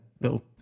little